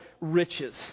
riches